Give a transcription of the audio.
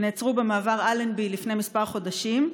שנעצרו במעבר אלנבי לפני כמה חודשים.